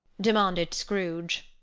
demanded scrooge.